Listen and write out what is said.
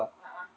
a'ah